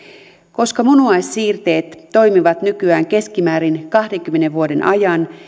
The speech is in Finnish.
koska munuaissiirteet toimivat nykyään keskimäärin kahdenkymmenen vuoden ajan